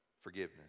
Forgiveness